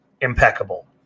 impeccable